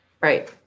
right